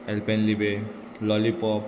Alpenliebe lollipop